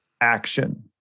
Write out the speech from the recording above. action